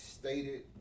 stated